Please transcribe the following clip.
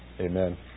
amen